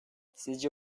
sizce